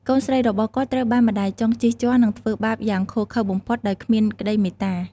កូនស្រីរបស់គាត់ត្រូវបានម្តាយចុងជិះជាន់និងធ្វើបាបយ៉ាងឃោរឃៅបំផុតដោយគ្មានក្តីមេត្តា។